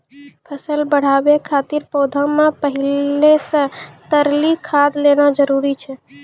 फसल बढ़ाबै खातिर पौधा मे पहिले से तरली खाद देना जरूरी छै?